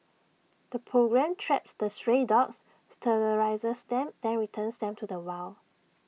the programme traps the stray dogs sterilises them then returns them to the wild